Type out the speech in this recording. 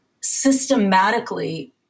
systematically